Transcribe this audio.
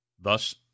Thus